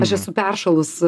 aš esu peršalus